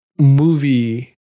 movie